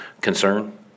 concern